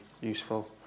useful